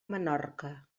menorca